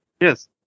yes